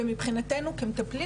ומבחינתנו כמטפלים,